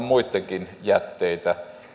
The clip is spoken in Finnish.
muittenkin jätteitä niin